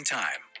time